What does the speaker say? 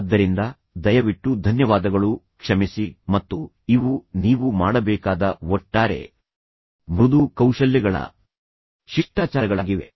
ಆದ್ದರಿಂದ ದಯವಿಟ್ಟು ಧನ್ಯವಾದಗಳು ಕ್ಷಮಿಸಿ ಮತ್ತು ಇವು ನೀವು ಮಾಡಬೇಕಾದ ಒಟ್ಟಾರೆ ಮೃದು ಕೌಶಲ್ಯಗಳ ಶಿಷ್ಟಾಚಾರಗಳಾಗಿವೆ